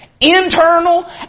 internal